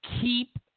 keep